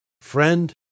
friend